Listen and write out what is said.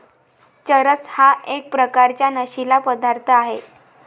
चरस हा एक प्रकारचा नशीला पदार्थ आहे